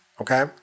okay